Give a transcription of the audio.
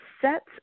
sets